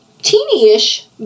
teeny-ish